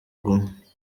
guma